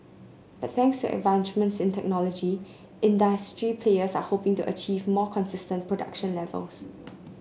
but thanks advancements in technology industry players are hoping to achieve more consistent production levels